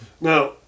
Now